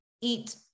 eat